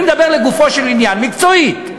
אני מדבר לגופו של עניין, מקצועית: